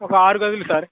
ఒక ఆరు గదులు సార్